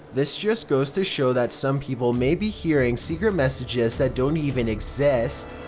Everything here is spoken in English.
this just goes to show that some people may be hearing secret messages that don't even exist.